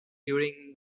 during